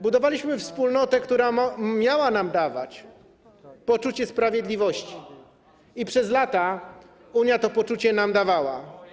Budowaliśmy wspólnotę, która miała nam dawać poczucie sprawiedliwości, i przez lata Unia to poczucie nam dawała.